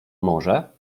może